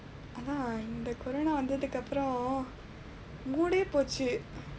அதான் இந்த:athaan indtha corona வந்ததுக்கு அப்புறம்:vandthathukku appuram mood-ae போச்சு:poochsu